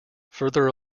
further